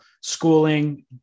schooling